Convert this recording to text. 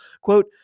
quote